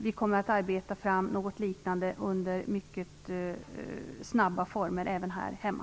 Vi kommer att snabbt arbeta fram någonting sådant även här hemma.